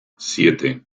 siete